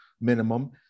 minimum